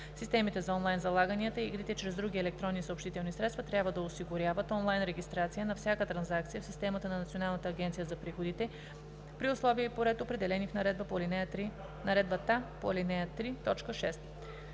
системите за онлайн залаганията и игрите чрез други електронни съобщителни средства трябва да осигуряват онлайн регистрация на всяка транзакция в системата на Националната агенция за приходите при условия и по ред, определени в наредбата по ал. 3,